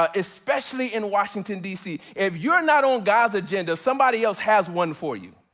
ah especially in washington, dc if you're not on god's agenda, somebody else has one for you.